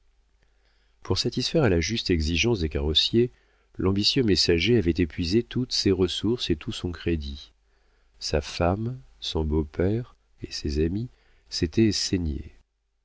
pour satisfaire à la juste exigence des carrossiers l'ambitieux messager avait épuisé toutes ses ressources et tout son crédit sa femme son beau-père et ses amis s'étaient saignés